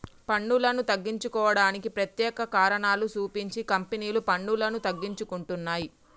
పన్నులను తగ్గించుకోవడానికి ప్రత్యేక కారణాలు సూపించి కంపెనీలు పన్నులను తగ్గించుకుంటున్నయ్